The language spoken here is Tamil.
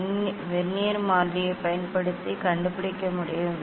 வெர்னியர் மாறிலியைப் பயன்படுத்தி கண்டுபிடிக்க முடியும்